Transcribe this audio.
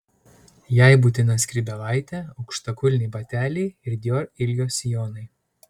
jai būtina skrybėlaitė aukštakulniai bateliai ir dior ilgio sijonai